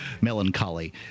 melancholy